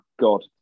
God